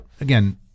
again